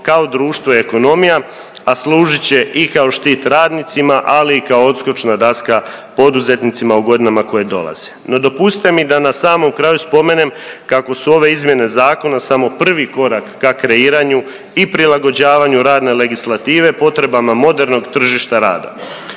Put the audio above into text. kao društvo i ekonomija, a služit će i kao štit radnicima, ali i kao odskočna daska poduzetnicima u godinama koje dolaze. No dopustite mi da na samom kraju spomenem kako su ove izmjene zakona samo prvi korak ka kreiranju i prilagođavanju radne legislative potrebama modernog tržišta rada.